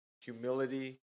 humility